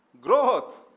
growth